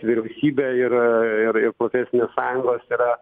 vyriausybė ir ir profesinės sąjungos yra